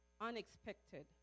Unexpected